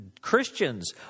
Christians